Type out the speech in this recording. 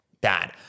bad